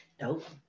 Nope